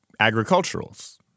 agriculturals